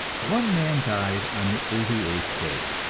one man died on the eighty-eighth day,